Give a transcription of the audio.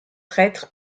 prêtres